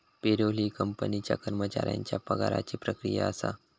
payroll ही कंपनीच्या कर्मचाऱ्यांच्या पगाराची प्रक्रिया असा